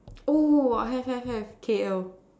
oh have have have K L